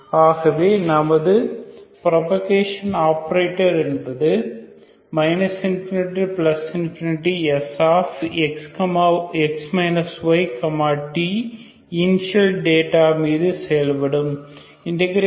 ஆகவே நமது propagation operator என்பது ∞Sx y t initial data மீது செயல்படும் ∞fdy